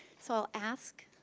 so i'll ask,